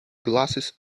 glasses